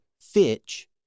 Fitch